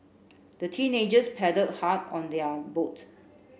the teenagers paddle hard on their boat